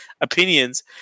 opinions